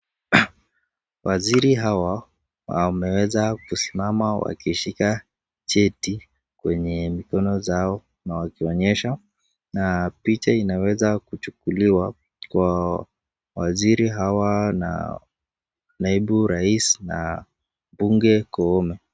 Waziri hawa wameweza kusimama wakishika cheti kwenye mikono zao na wakionyesha, picha ina weza kuchukuliwa kwa waziri hawa na naibu rais na bunge kuume.